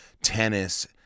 tennis